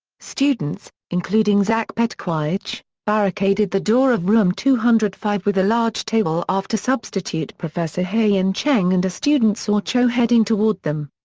students, including zach petkewicz, barricaded the door of room two hundred and five with a large table after substitute professor haiyan cheng and a student saw cho heading toward them.